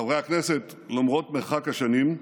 חברי הכנסת, למרות מרחק השנים,